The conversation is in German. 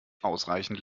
ausreichend